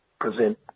present